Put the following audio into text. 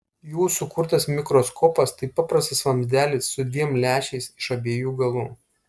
jų sukurtas mikroskopas tai paprastas vamzdelis su dviem lęšiais iš abiejų galų